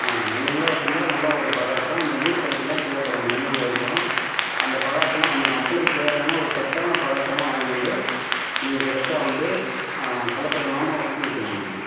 ஆ முள்ளங்கிலாம் வச்சிருந்தால் நல்லா ஒரு பதார்த்தம் அந்த நீர்ச்சத்துலாம் தேவைப்படும் அந்த முள்ளங்கியில இருக்கும் அந்த பதார்த்தம்லாம் அந்த மக்களுக்கு தேவையான ஒரு சத்தான பதார்த்தமாக வாங்கின்னு வந்து நீங்கள் ஃப்ரெஷ்ஷாக வந்து கலப்படம் இல்லாமல் வச்சு விற்கணும் நீங்கள்